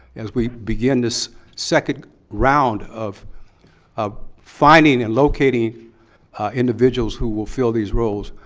as we begin this second round of of finding and locating individuals who will fill these roles,